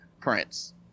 Prince